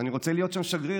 אני רוצה להיות שם שגריר,